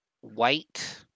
white